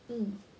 hmm